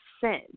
sin